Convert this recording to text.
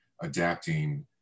adapting